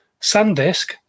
SanDisk